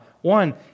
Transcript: One